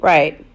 Right